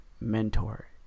mentor